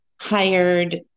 hired